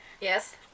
Yes